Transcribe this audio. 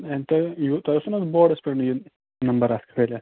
آ تۅہہِ اوسوٕ نا بورڈَس پیٚٹھ یہِ نَمبَر اَکھ کھٲلِتھ